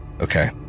Okay